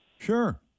Sure